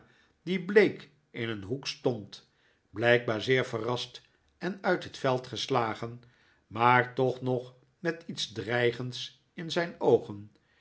die bleek in een hoek stond blijkbaar zeer verrast en uit het veld geslagen maar toch nog met iets dreigends in zijn oogen